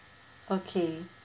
okay